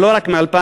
ולא רק מ-2005.